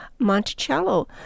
Monticello